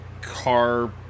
car